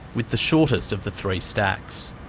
with the shortest of the three stacks.